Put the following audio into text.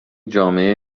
جامعه